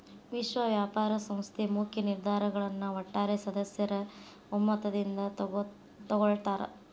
ವಿಶ್ವ ವ್ಯಾಪಾರ ಸಂಸ್ಥೆ ಮುಖ್ಯ ನಿರ್ಧಾರಗಳನ್ನ ಒಟ್ಟಾರೆ ಸದಸ್ಯರ ಒಮ್ಮತದಿಂದ ತೊಗೊಳ್ತಾರಾ